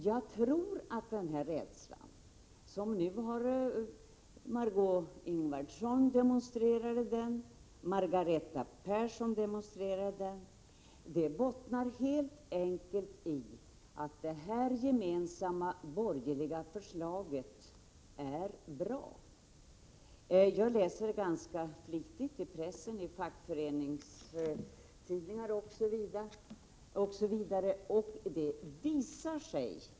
Jag tror att den rädsla som både Marg6é Ingvardsson och Margareta Persson nu har demonstrerat helt enkelt bottnar i att det gemensamma borgerliga förslaget är bra.